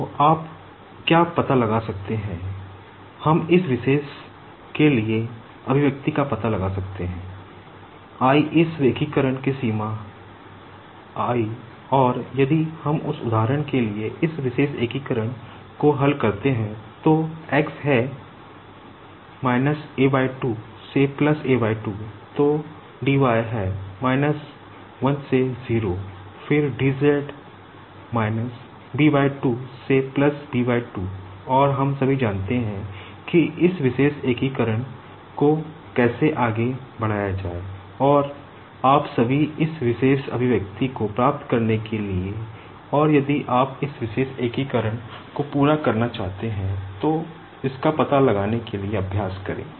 तो आप क्या पता लगा सकते हैं हम इस विशेष के लिए एक्सप्रेशन को पूरा करना चाहते हैं तो इसका पता लगाने के लिए अभ्यास करें